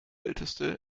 älteste